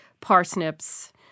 parsnips